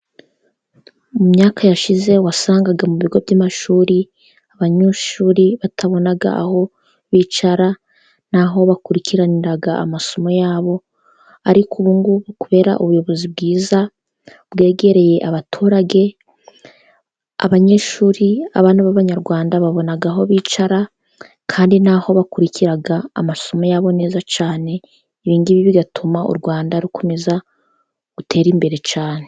Mu myaka yashize wasangaga mu bigo by'amashuri abanyeshuri batabona aho bicara n'aho bakurikiranira amasomo ya bo, ariko ubungubu kubera ubuyobozi bwiza bwegereye abaturage, abanyeshuri, abana b'abanyarwanda babona aho bicara, kandi bakurikira amasomo ya bo neza cyane ibingibi bigatuma u Rwanda rukomeza gutera imbere cyane.